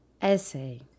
Essay